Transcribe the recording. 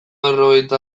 berrogeita